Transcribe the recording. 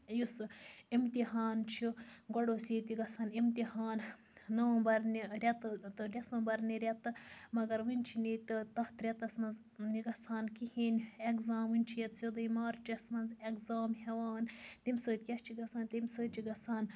یُس امتحان چھُ گۄڈٕ اوس ییٚتہِ گژھان امتحان نومبَر نہِ ریٚتہِ تہٕ دیسمبر نہِ ریٚتہِ مگر ؤنۍ چھِنہٕ ییٚتہِ تَتھ ریٚتَس منٛز یہِ گژھان کِہیٖنۍ ایٚگزام ؤنۍ چھِ ییٚتہِ سیٚودُے مارٕچَس منٛز ایٚگزام ہٮ۪وان تٔمۍ سۭتۍ کیٛاہ چھِ گژھان تٔمۍ سۭتۍ چھِ گژھان